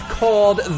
called